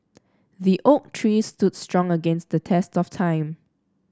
the oak tree stood strong against the test of time